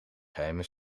geheime